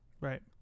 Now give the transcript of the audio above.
Right